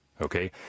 okay